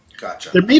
Gotcha